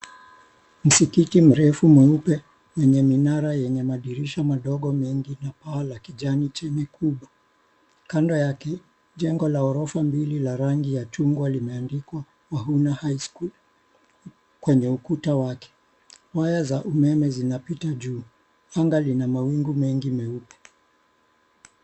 Msikiti mrefu mweupe wenye minara yenye madirisha madogo mengi na paa la kijani chini kubwa. Kando yake jengo la ghorofa mbili la rangi ya chungwa limeandikwa NALIHINA HIGH SCHOOL kwenye ukuta wake. Waya za umeme zinapita juu. Anga lina mawingu mengi meupe.